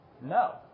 No